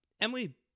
Emily